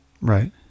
right